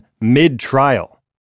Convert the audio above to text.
mid-trial